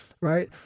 Right